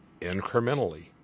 incrementally